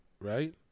right